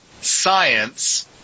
science